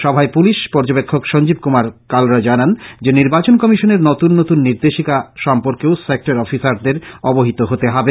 সভায় পুলিশ পর্যবেক্ষক সঞ্জীব কুমার কালরা জানান যে নির্বাচন কমিশনের নতুন নতুন নির্দেশিকা সম্পর্কে ও সেক্টর অফিসারদের অবহিত হতে হবে